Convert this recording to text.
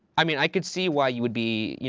i mean, i could see why you would be, you